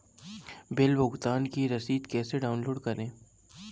Bill भुगतान की रसीद कैसे डाउनलोड करें?